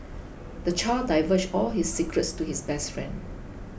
the child divulged all his secrets to his best friend